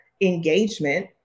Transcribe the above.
engagement